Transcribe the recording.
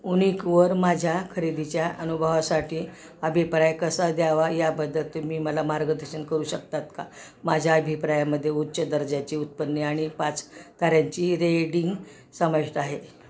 वूनिकवर माझ्या खरेदीच्या अनुभवासाठी अभिप्राय कसा द्यावा याबद्दल तुम्ही मला मार्गदर्शन करू शकतात का माझ्या अभिप्रायामध्ये उच्च दर्जाची उत्पन्न आणि पाच ताऱ्यांची रेडिंग समाविष्ट आहे